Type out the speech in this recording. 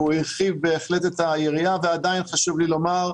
והוא הרחיב בהחלט את היריעה ועדיין חשוב לי לומר: